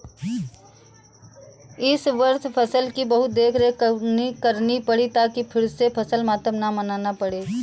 इस वर्ष फसल की बहुत देखरेख करनी पड़ी ताकि फिर से फसल मातम न मनाना पड़े